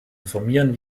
informieren